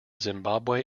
zimbabwe